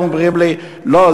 אומרים לי: לא,